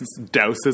douses